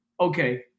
Okay